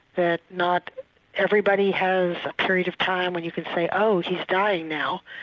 that not everybody has a period of time when you can say, oh, he's dying now',